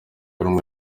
rumwe